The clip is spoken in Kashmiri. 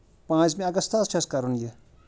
پانٛژمہِ اَگست حظ چھُ اَسہِ کَرُن یہِ